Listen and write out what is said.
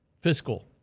fiscal